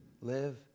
live